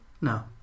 No